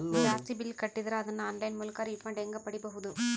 ಜಾಸ್ತಿ ಬಿಲ್ ಕಟ್ಟಿದರ ಅದನ್ನ ಆನ್ಲೈನ್ ಮೂಲಕ ರಿಫಂಡ ಹೆಂಗ್ ಪಡಿಬಹುದು?